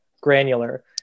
granular